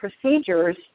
procedures